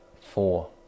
four